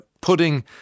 pudding